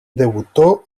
debutó